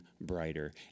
brighter